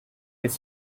this